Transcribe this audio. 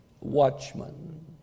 Watchman